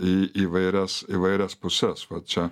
į įvairias įvairias puses va čia